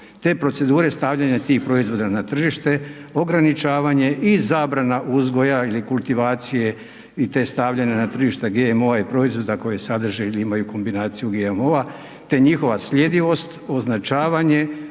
te procedure stavljanja tih proizvoda na tržište, ograničavanje i zabrana uzgoja ili kultivacije i te stavljanja na tržište GMO-a i proizvoda koji sadrže ili imaju kombinaciju GMO-a te njihova sljedivost, označavanje,